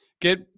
get